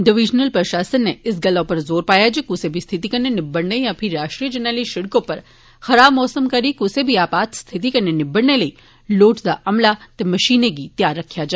divisional प्रशासन नै इस गल्ला उप्पर जोर पाया ऐ जे कुसै बी स्थिति कन्नै निबड़ने यां पही राष्ट्रीय जरनैली शिड़क उप्पर खराब मौसम करी कुसै बी आपात स्थिति कन्नै निबड़ने लेई लोड़चदा अमला ते मशीनें गी तैयार रक्खेआ जा